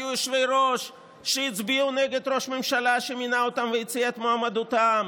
היו יושבי-ראש שהצביעו נגד ראש ממשלה שמינה אותם והציע את מועמדותם,